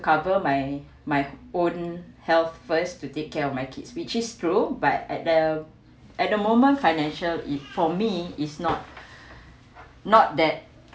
cover my my own health first to take care of my kids which is true but at the at the moment financial if for me is not not that